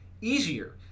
easier